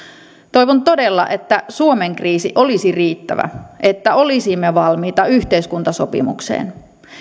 toivon todella että suomen kriisi olisi riittävä että olisimme valmiita yhteiskuntasopimukseen